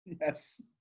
yes